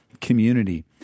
community